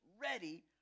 ready